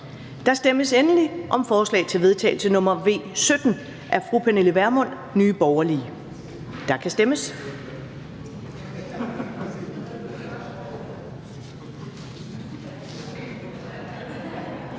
Der stemmes endelig om forslag til vedtagelse nr. V 17 af Pernille Vermund (NB), og der kan stemmes.